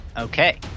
okay